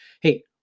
Hey